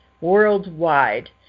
worldwide